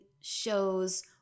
shows